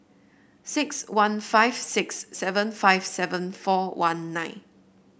six one five six seven five seven four one nine